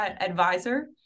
advisor